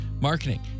Marketing